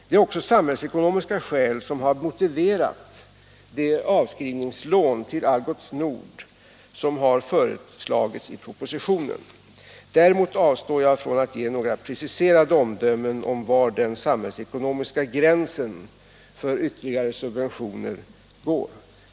Det är också samhällsekonomiska skäl som har motiverat det avskrivningslån till Algots Nord som har föreslagits i propositionen. Däremot avstår jag från att ge några preciserade omdömen om var den samhällsekonomiska gränsen för ytterligare subventioner går.